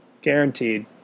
Guaranteed